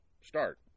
start